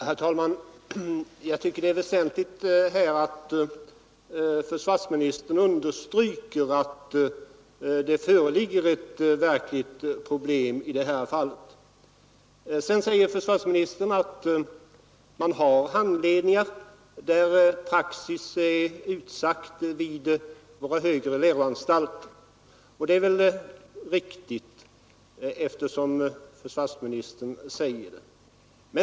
Herr talman! Jag tycker det är väsentligt att försvarsministern nu understryker att det föreligger ett verkligt problem i det här fallet. Sedan säger försvarsministern att man vid våra högre läroanstalter har handledningar där praxis är utsagd, och det är väl riktigt eftersom försvarsministern säger det.